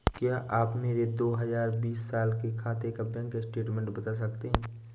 क्या आप मेरे दो हजार बीस साल के खाते का बैंक स्टेटमेंट बता सकते हैं?